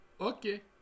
okay